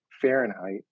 Fahrenheit